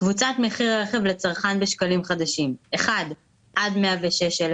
קבוצת מחיר הרכב לצרכן בשקלים חדשים 1עד 106,000